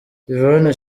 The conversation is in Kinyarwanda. yvonne